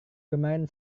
kemarin